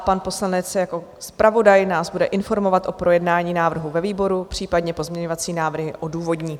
Pan poslanec jako zpravodaj nás bude informovat o projednání návrhu ve výboru, případně pozměňovací návrhy odůvodní.